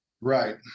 Right